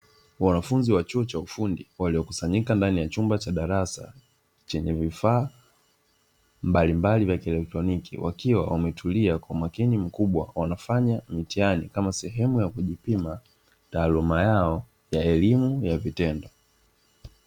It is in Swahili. Wanafunzi wa chuo cha ufundi waliokusanyika ndani ya chumba cha darasa chenye vifaa mbalimbali vya kielektroniki, wakiwa wametulia kwa umakini mkubwa wanafanya mtihani kama sehemu ya kujipima taaluma yao ya elimu ya vitendo.